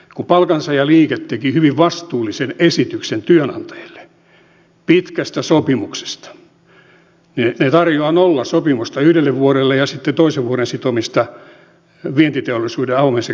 kun palkansaajaliike teki hyvin vastuullisen esityksen työnantajille pitkästä sopimuksesta niin se tarjosi nollasopimusta yhdelle vuodelle ja sitten toisen vuoden sitomista vientiteollisuuden ja avoimen sektorin kehitykseen